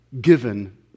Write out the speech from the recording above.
given